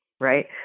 right